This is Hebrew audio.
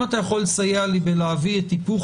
אם אתה יכול לסייע לי בלהביא את היפוך